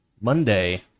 Monday